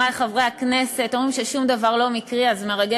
תודה רבה,